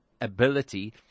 ability